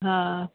हा